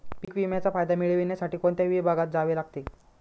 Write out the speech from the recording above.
पीक विम्याचा फायदा मिळविण्यासाठी कोणत्या विभागात जावे लागते?